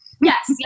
Yes